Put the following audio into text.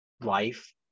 life